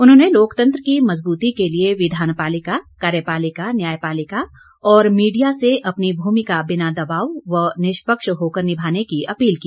उन्होंने लोकतंत्र की मजबूती के लिए विधान पालिका कार्य पालिका न्याय पालिका और मीडिया से अपनी भूमिका बिना दवाब व निष्पक्ष होकर निभाने की अपील की